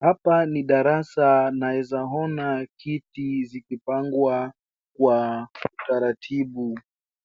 Hapa ni darasa, naeza ona kiti zikipangwa kwa utaratibu.